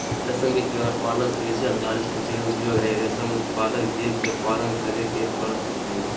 रेशम के कीड़ा पालन कृषि आधारित कुटीर उद्योग हई, रेशम उत्पादक जीव के पालन करे के पड़ हई